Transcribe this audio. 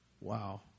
Wow